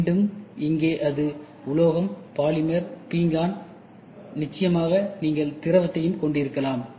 மீண்டும் இங்கே அது உலோகம் பாலிமர் பீங்கான் நிச்சயமாக நீங்கள் திரவத்தையும் கொண்டிருக்கலாம்